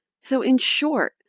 so in short,